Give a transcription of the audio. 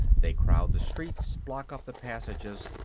they crowd the streets, block up the passages,